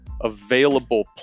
available